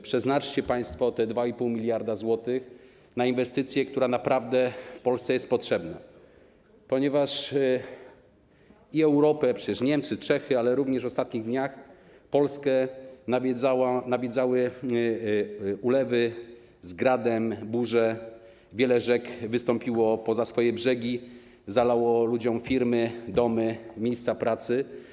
Przeznaczcie państwo te 2,5 mld zł na inwestycję, która naprawdę w Polsce jest potrzebna, ponieważ Europę, bo przecież Niemcy i Czechy, ale również w ostatnich dniach Polskę nawiedzały ulewy z gradem, burze, wiele rzek wystąpiło poza swoje brzegi, zalało ludziom firmy, domy, miejsca pracy.